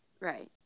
Right